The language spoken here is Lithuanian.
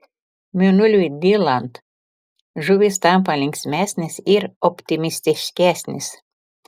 mėnuliui dylant žuvys tampa linksmesnės ir optimistiškesnės